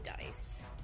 dice